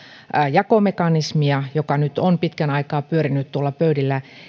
jakomekanismia joka nyt on pitkän aikaa pyörinyt tuolla pöydillä